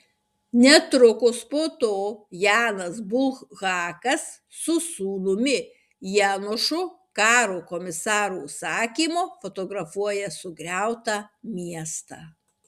netrukus po to janas bulhakas su sūnumi janošu karo komisaro užsakymu fotografuoja sugriautą miestą